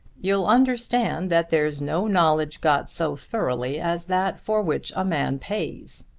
you'll understand that there's no knowledge got so thoroughly as that for which a man pays.